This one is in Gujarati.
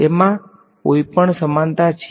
તેમા કંઈપણ સમાનતા છે